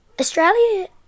Australia